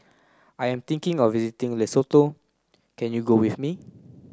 I am thinking of visiting Lesotho can you go with me